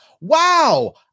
Wow